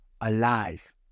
alive